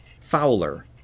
Fowler